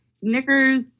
Snickers